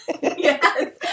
Yes